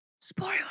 Spoiler